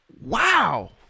Wow